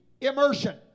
immersion